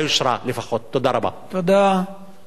חבר הכנסת הרב גפני, לא פה.